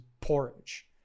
porridge